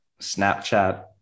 Snapchat